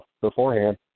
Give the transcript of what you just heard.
beforehand